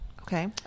Okay